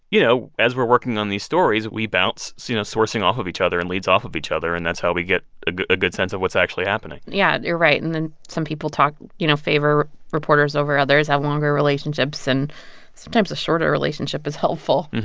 you know, as we're working on these stories, we bounce, so you know, sourcing off of each other and leads off of each other, and that's how we get a good a good sense of what's actually happening yeah, you're right. and then some people talk you know, favor reporters over others, have longer relationships. and sometimes a shorter relationship is helpful.